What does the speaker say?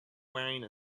wearing